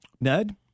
Ned